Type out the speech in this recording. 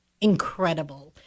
incredible